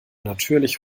natürlich